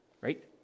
right